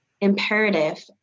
imperative